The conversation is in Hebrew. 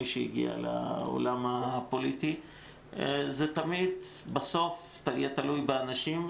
שהגעתי לעולם הפוליטי בסוף זה תמיד תלוי באנשים,